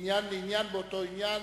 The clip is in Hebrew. מעניין לעניין באותו עניין,